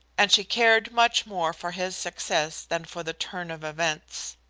and she cared much more for his success than for the turn of events.